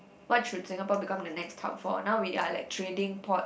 what should Singapore become the next hub for now we are like trading port